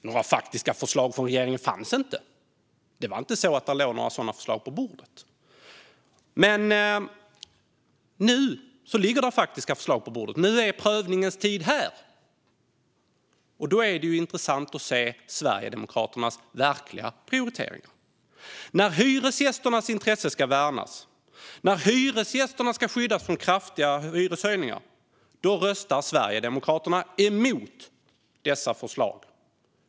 Några faktiska förslag från regeringen fanns inte - det låg inte några sådana förslag på bordet. Men nu ligger det faktiska förslag på bordet. Nu är prövningens tid här. Och då är det intressant att se Sverigedemokraternas verkliga prioritering. När hyresgästernas intresse ska värnas och hyresgästerna ska skyddas från kraftiga hyreshöjningar röstar Sverigedemokraterna mot dessa förslag.